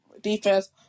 defense